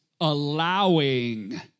allowing